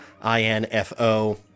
I-N-F-O